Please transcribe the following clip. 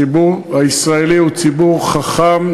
הציבור הישראלי הוא ציבור חכם,